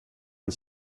and